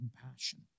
compassion